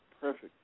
perfect